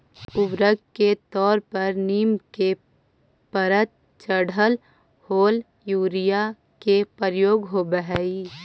उर्वरक के तौर पर नीम के परत चढ़ल होल यूरिया के प्रयोग होवऽ हई